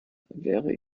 wäre